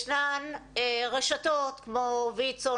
ישנן רשתות כמו ויצ"ו,